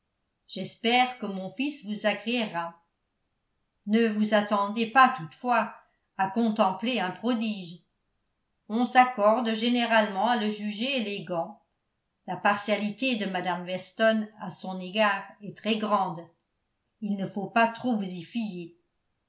j'espère que mon fils vous agréera ne vous attendez pas toutefois à contempler un prodige on s'accorde généralement à le juger élégant la partialité de mme weston à son égard est très grande il ne faut pas trop vous